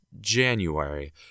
January